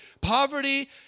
Poverty